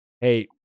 hey